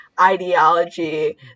ideology